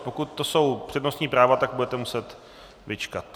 Pokud to jsou přednostní práva, tak budete muset vyčkat.